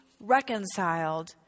reconciled